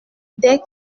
dès